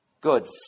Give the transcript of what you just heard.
Good